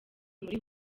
muri